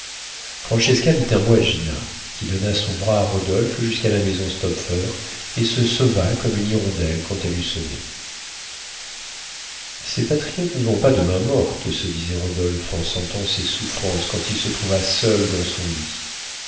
francesca dit un mot à gina qui donna son bras à rodolphe jusqu'à la maison stopfer et se sauva comme une hirondelle quand elle eut sonné ces patriotes n'y vont pas de main morte se disait rodolphe en sentant ses souffrances quand il se trouva seul dans son lit